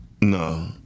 No